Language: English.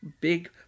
big